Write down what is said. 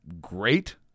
great